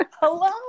hello